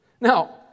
Now